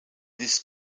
this